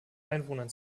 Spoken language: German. einwohnern